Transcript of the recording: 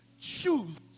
choose